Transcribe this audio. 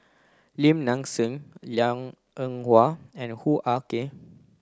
Lim Nang Seng Liang Eng Hwa and Hoo Ah Kay